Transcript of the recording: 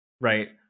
right